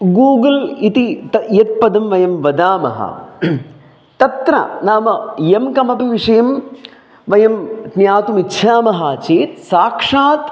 Google इति त यत्पदं वयं वदामः तत्र नाम यं कमपि विषयं वयं ज्ञातुमिच्छामः चेत् साक्षात्